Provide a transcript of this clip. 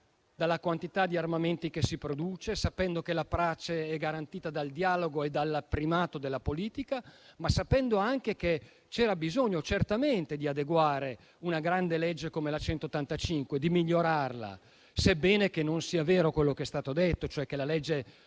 dalla quantità di armamenti che si producono, sapendo che la pace è garantita dal dialogo e dal primato della politica, ma sapendo anche che c'era certamente bisogno di adeguare una grande legge come la n. 185 del 1990 e di migliorarla (sebbene però non sia vero quanto è stato detto, cioè che la legge